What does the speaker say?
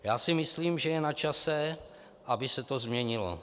Já si myslím, že je načase, aby se to změnilo.